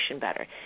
better